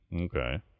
Okay